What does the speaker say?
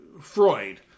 Freud